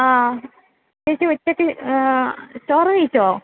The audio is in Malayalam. ആ ചേച്ചി ഉച്ചയ്ക്ക് ചോറ് കഴിച്ചോ